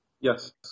Yes